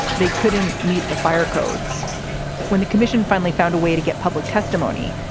they couldn't meet the fire codes when the commission finally found a way to get public testimony.